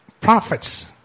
prophets